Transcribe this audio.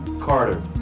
Carter